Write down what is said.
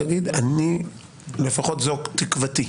לפחות זו תקוותי.